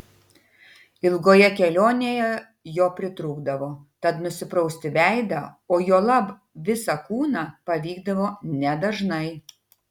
ilgoje kelionėje jo pritrūkdavo tad nusiprausti veidą o juolab visą kūną pavykdavo nedažnai